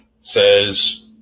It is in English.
says